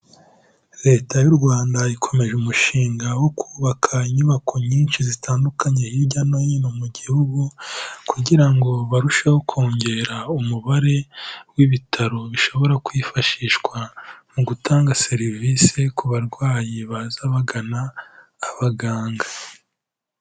Leta y'u Rwanda ikomeje umushinga wo kubaka inyubako nyinshi zitandukanye hirya no hino mu gihugu kugira ngo barusheho kongera umubare w'ibitaro bishobora kwifashishwa mu gutanga serivise ku barwayi baza bagana abaganga.